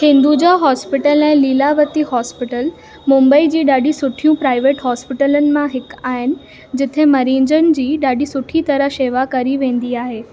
Hinduja hospital ऐं Lilavati hospital Mumbai जी ॾाढी सुठियूं प्राइवेट हॉस्पिटलनि मां हिकु आहिनि जिथे मरीज़नि जी ॾाढी सुठी तरह सां शेवा करी वेंदी आहे